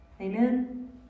Amen